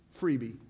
freebie